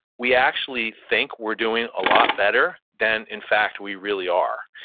we actually think we're doing a lot better than in fact we really are.